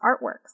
artworks